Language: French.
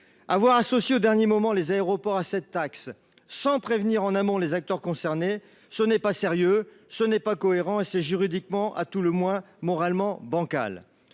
Avoir associé au dernier moment les aéroports à cette taxe sans prévenir en amont les acteurs concernés, ce n’est ni sérieux ni cohérent, et c’est juridiquement – et à tout le moins moralement – bancal.